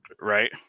Right